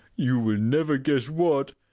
you will never guess what.